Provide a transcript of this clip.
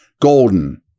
Golden